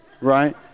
Right